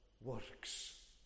works